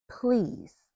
please